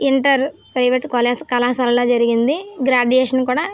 inter private కళాశాలలో జరిగింది graduation కూడా